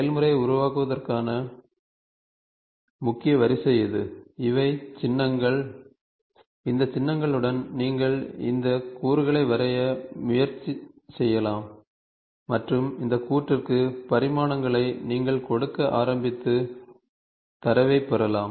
செயல்முறையை உருவாக்குவதற்கான முக்கிய வரிசை இது இவை சின்னங்கள் இந்த சின்னங்களுடன் நீங்கள் இந்த கூறுகளை வரைய முயற்சி செய்யலாம் மற்றும் இந்த கூற்றிற்கு பரிமாணங்களை நீங்கள் கொடுக்க ஆரம்பித்து தரவைப் பெறலாம்